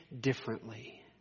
differently